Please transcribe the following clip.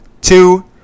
two